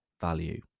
value